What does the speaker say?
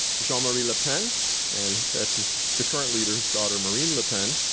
jean-marie le pen and that's the current leader's daughter, marine le pen.